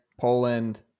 Poland